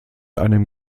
einem